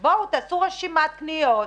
בואו, תעשו רשימת קניות,